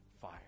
fire